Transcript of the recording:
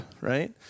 right